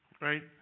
Right